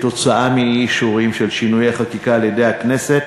עקב אי-אישורים של שינויי החקיקה על-ידי הכנסת,